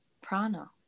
prana